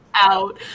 out